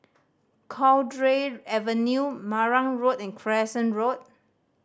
Cowdray Avenue Marang Road and Crescent Road